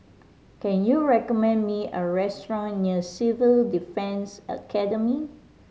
can you recommend me a restaurant near Civil Defence Academy